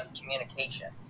communication